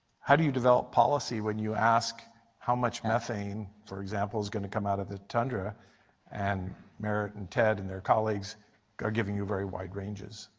how do you develop policy when you ask how much methane for example is going to come out of the tundra and merit and ted and their colleagues are giving you very wide ranges.